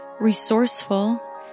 resourceful